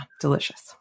delicious